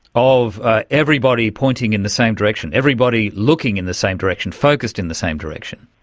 of everybody pointing in the same direction, everybody looking in the same direction, focused in the same direction?